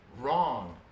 wrong